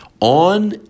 On